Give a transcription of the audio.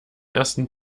ersten